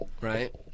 Right